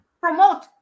promote